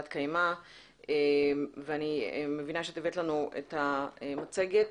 קיימא ואני מבינה שאת הבאת לנו את המצגת.